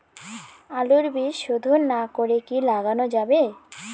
আলুর বীজ শোধন না করে কি লাগানো যাবে?